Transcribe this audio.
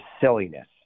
silliness